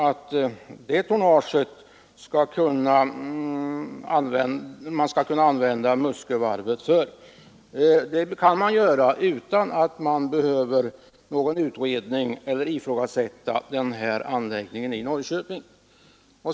För det tonnaget skall man kunna använda Muskövarvet. Och det kan man göra utan någon föregående utredning och utan att behöva ifrågasätta anläggningen i Norrköping.